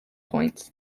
points